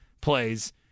plays